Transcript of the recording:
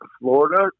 Florida